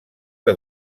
que